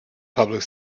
public